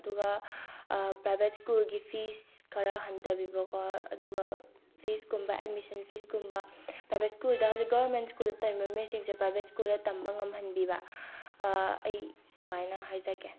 ꯑꯗꯨꯒ ꯄ꯭ꯔꯥꯏꯕꯦꯠ ꯁ꯭ꯀꯨꯜꯒꯤ ꯐꯤꯁ ꯈꯔ ꯍꯟꯊꯕꯤꯕꯀꯣ ꯑꯗꯨꯒ ꯐꯤꯁꯀꯨꯝꯕ ꯑꯦꯗꯃꯤꯁꯟ ꯐꯤꯁꯀꯨꯝꯕ ꯄ꯭ꯔꯥꯏꯕꯦꯠ ꯁ꯭ꯀꯨꯜꯗ ꯍꯧꯖꯤꯛ ꯒꯣꯔꯃꯦꯟ ꯁ꯭ꯀꯨꯜꯗ ꯇꯝꯃꯤꯕ ꯃꯤꯁꯤꯡꯁꯦ ꯄ꯭ꯔꯥꯏꯕꯦꯠ ꯁ꯭ꯀꯨꯜꯗ ꯇꯝꯕ ꯉꯝꯍꯟꯕꯤꯕ ꯑꯩ ꯁꯨꯃꯥꯏꯅ ꯍꯥꯏꯖꯒꯦ